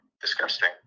Disgusting